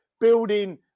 building